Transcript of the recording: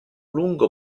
lungo